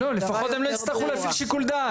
לפחות הם לא יצטרכו להפעיל שיקול דעת.